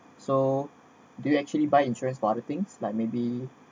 so do you actually buy insurance for other things like maybe